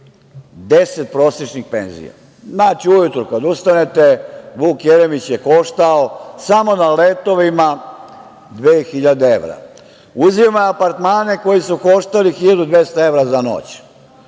10 prosečnih penzija. Znači, ujutru kada ustanete, Vuk Jeremić je koštao samo na letovima 2.000 evra. Uzimao je apartmane koji su koštali 1.200 evra za noć,